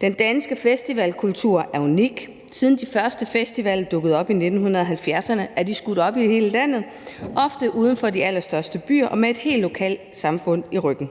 Den danske festivalkultur er unik. Siden de første festivaler dukkede op i 1970'erne, er de skudt op i hele landet, ofte uden for de allerstørste byer og med et helt lokalsamfund i ryggen.